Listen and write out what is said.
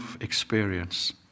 experience